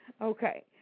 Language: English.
Okay